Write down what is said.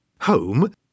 Home